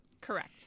Correct